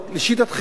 לשיטתכם.